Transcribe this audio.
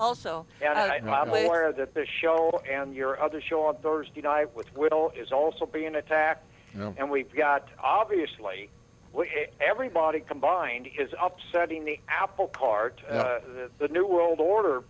the show and your other show on thursday night with is also being attacked and we've got obviously everybody combined is upsetting the apple cart the new world order